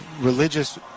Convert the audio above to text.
religious